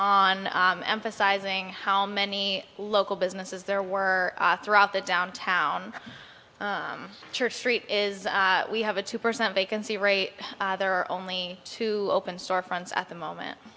on emphasizing how many local businesses there were throughout the downtown church street is we have a two percent vacancy rate there are only two open store fronts at the moment